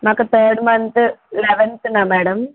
మాకు third month లెవెంత్న madam